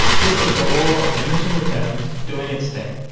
this is the law of diminishing returns doing its thing.